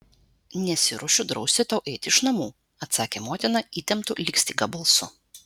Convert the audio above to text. nesiruošiu drausti tau eiti iš namų atsakė motina įtemptu lyg styga balsu